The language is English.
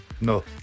No